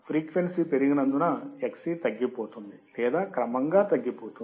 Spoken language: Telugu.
ఫ్రీక్వెన్సీ పెరిగినందున Xc తగ్గిపోతుంది లేదా క్రమంగా తగ్గిపోతుంది